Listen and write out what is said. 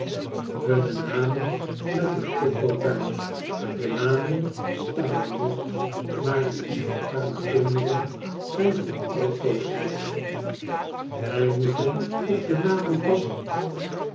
hunne namen met een potlood bij de namen staan er nog maar de lieve arme kinderen zijn voor altoos weg f wij moeten op de namen passen